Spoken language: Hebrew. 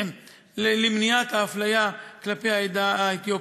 למניעת האפליה כלפי העדה האתיופית.